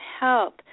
help